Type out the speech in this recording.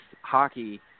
hockey